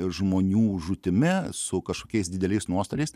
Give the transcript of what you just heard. žmonių žūtimi su kažkokiais dideliais nuostoliais